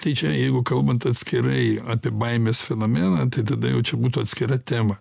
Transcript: tai čia jeigu kalbant atskirai apie baimės fenomeną tai tada jau čia būtų atskira tema